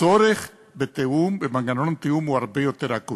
הצורך במנגנון התיאום הוא הרבה יותר אקוטי.